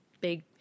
big